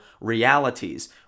realities